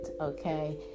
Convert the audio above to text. okay